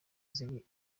ziri